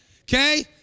Okay